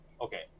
Okay